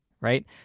right